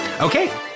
Okay